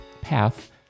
path